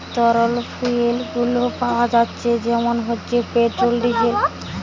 তরল ফুয়েল গুলো পাওয়া যাচ্ছে যেমন হচ্ছে পেট্রোল, ডিজেল